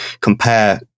compare